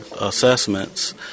assessments